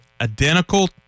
identical